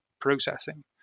processing